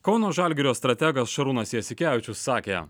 kauno žalgirio strategas šarūnas jasikevičius sakė